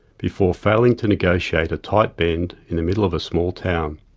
before failing to negotiate a tight bend in the middle of a small town.